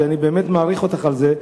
ואני באמת מעריך אותך על זה.